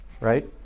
Right